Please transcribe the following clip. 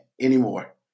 anymore